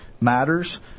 matters